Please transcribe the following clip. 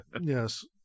yes